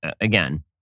again